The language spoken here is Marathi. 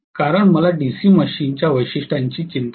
कारण मला डीसी मशीन्स च्या वैशिष्ट्यांची चिंता नाही